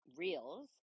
reels